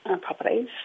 properties